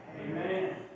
Amen